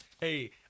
hey